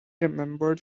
remembered